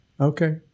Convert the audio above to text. Okay